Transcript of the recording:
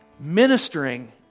ministering